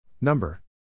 Number